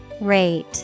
rate